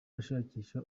ashakisha